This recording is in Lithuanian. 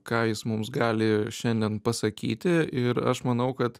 ką jis mums gali šiandien pasakyti ir aš manau kad